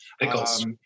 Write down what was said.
Pickles